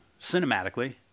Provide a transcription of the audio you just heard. cinematically